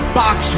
box